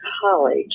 college